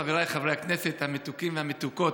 חבריי חברי הכנסת המתוקים והמתוקות,